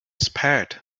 spared